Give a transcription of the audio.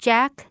Jack